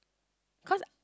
cause